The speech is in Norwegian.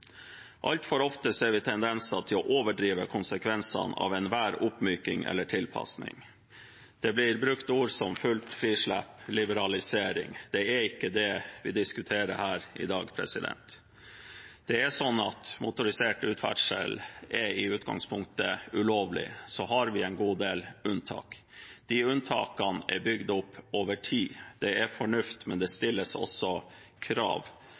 Altfor ofte ser vi tendenser til å overdrive konsekvensene av enhver oppmyking eller tilpasning. Det blir brukt ord som fullt frislipp og liberalisering, men det er ikke det vi diskuterer her i dag. Det er slik at motorisert ferdsel i utmark i utgangspunktet er ulovlig, og så har vi en god del unntak. De unntakene er bygd opp over tid. Det er fornuft, men det stilles også krav